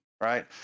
right